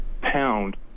pound